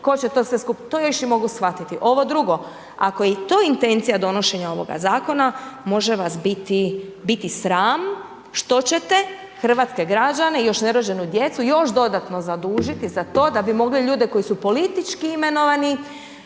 tko će to sve skupa, to još i mogu shvatiti, ovo drugo, ako je to intencija donošenja ovoga zakona, može vas biti sram što ćete hrvatske građane, još nerođenu djecu još dodatno zadužiti za to da bi mogli ljude koji su politički imenovani,